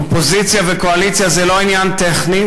אופוזיציה וקואליציה זה לא עניין טכני,